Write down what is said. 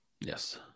Yes